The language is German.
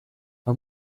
man